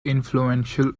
influential